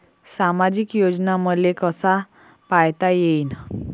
सामाजिक योजना मले कसा पायता येईन?